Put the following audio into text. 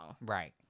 Right